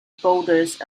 boulders